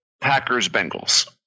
Packers-Bengals